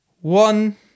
one